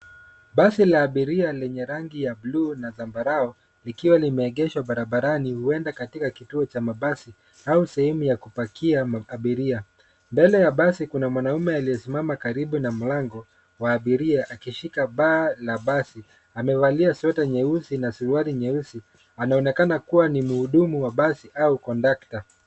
Basi la abiria lenye rangi ya bluu na zambarau likiwa lime egeshwa barabarani huenda katika kituo cha mabasi au sehemu ya kuapakia abiria. Mbele ya basi kuna mwanamume aliye simama karibu na mlango wa abiria akishika paa la basi. Amevalia sweta nyeusi na suruali nyeusi, anaonekana kuwa ni mhudumu wa basi au kondakta.